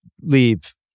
leave